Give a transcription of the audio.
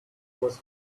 was